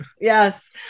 yes